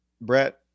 Brett